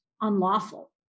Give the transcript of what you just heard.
unlawful